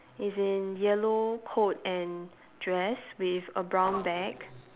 is in yellow coat and dress with a brown bag